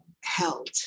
held